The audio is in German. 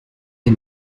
der